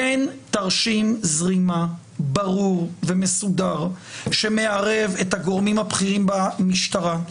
אין תרשים זרימה ברור ומסודר שמערב את הגורמים הבכירים במשטרה,